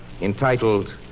entitled